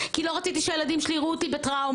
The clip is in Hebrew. כי לא רציתי שהילדים שלי יראו אותי בטראומה.